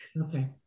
Okay